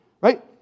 right